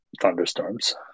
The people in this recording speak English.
thunderstorms